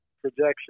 projection